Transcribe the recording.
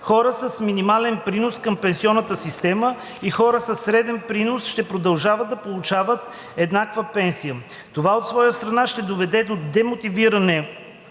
Хора с минимален принос към пенсионната система и хора със среден принос ще продължават да получават еднаква пенсия. Това от своя страна ще доведе до демотивиране